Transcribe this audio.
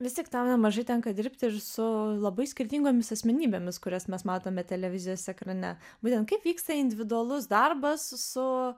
vis tik tau nemažai tenka dirbti ir su labai skirtingomis asmenybėmis kurias mes matome televizijos ekrane būtent kaip vyksta individualus darbas su